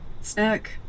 snack